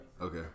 Okay